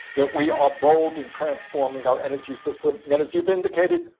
that we are bold in transforming our energy system. and as you've indicated,